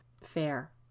fair